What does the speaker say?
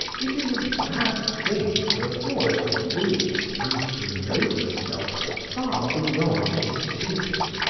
it is a bad thing for a boy to be and to know himself far beyond his tutors,